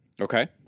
Okay